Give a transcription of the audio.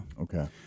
Okay